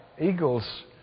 eagles